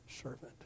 servant